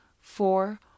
four